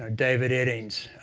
david eddings,